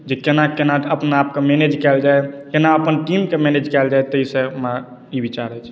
जे केना केना अपना आपके मैनेज कयल जाय केना अपन टीमके मैनेज कयल जाय ताहि से ई विचार अछि